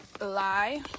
lie